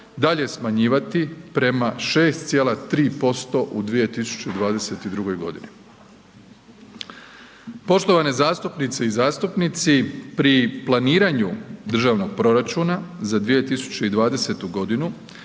dalje smanjivati prema 6,3% u 2022. godini. Poštovane zastupnice i zastupnici, pri planiranju državnog proračuna za 2020. godinu,